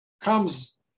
comes